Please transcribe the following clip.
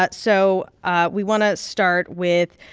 but so ah we want to start with